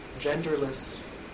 genderless